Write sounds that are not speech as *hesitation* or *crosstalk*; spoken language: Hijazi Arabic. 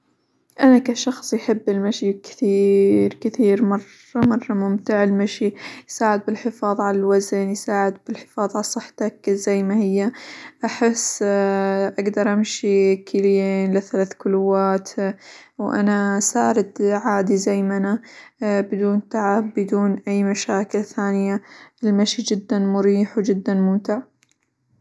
أنا كشخص يحب المشي كثير كثير مرة مرة ممتع المشي، يساعد بالحفاظ على الوزن، يساعد بالحفاظ على صحتك زي ما هي، أحس *hesitation* أقدر أمشي كليين لثلاث كلوات، وأنا صارت عادي زي ما انا، *hesitation* بدون تعب، بدون أي مشاكل ثانية، المشي جدًا مريح، وجدًا ممتع.